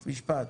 משפט.